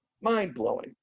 Mind-blowing